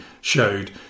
showed